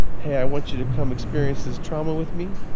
hey, i want you to come experience this trauma with me.